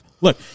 look